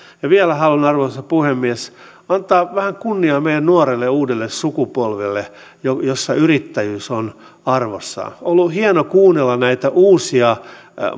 ja vielä haluan arvoisa puhemies antaa vähän kunniaa meidän nuorelle uudelle sukupolvelle jossa yrittäjyys on arvossaan on ollut hieno kuunnella näitä uusia